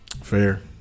Fair